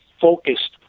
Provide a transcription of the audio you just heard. focused